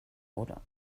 wurde